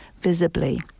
visibly